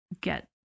get